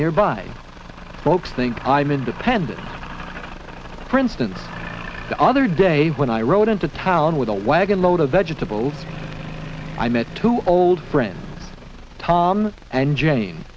nearby folks think i'm independent for instance the other day when i rode into town with a wagon load of vegetables i met two old friends tom and jane